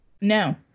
No